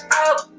out